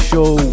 Show